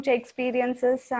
experiences